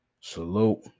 Salute